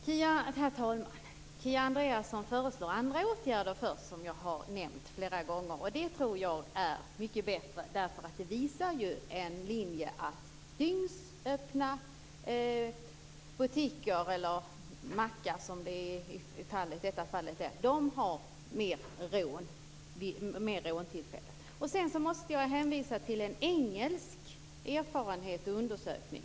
Herr talman! Kia Andreasson föreslår andra åtgärder först, som jag har nämnt flera gånger. Jag tror att de är mycket bättre, eftersom en linje visar att dygnsöppna butiker, eller mackar som det är i detta fall, har fler råntillfällen. Jag måste hänvisa till en engelsk erfarenhet och undersökning.